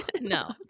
no